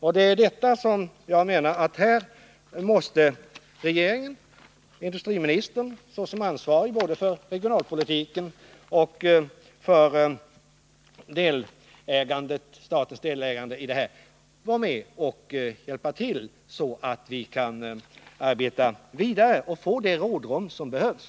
Och jag menar att här måste regeringen — industriministern såsom ansvarig både för regionalpolitiken och för statens delägande — vara med och hjälpa till. så att företagen kan arbeta vidare och få det rådrum som behövs.